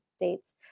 dates